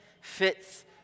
fits